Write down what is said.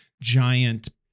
giant